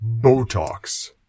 Botox